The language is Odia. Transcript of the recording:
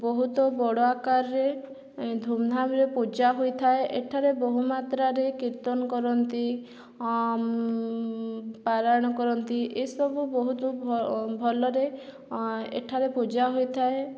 ବହୁତ ବଡ଼ ଆକାରରେ ଏ ଧୁମ୍ଧାମ୍ରେ ପୂଜା ହୋଇଥାଏ ଏଠାରେ ବହୁମାତ୍ରାରେ କୀର୍ତ୍ତନ କରନ୍ତି ପାରାୟଣ କରନ୍ତି ଏସବୁ ବହୁତ ଭଲରେ ଏଠାରେ ପୂଜା ହୋଇଥାଏ